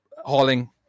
hauling